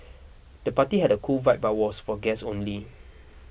the party had a cool vibe but was for guests only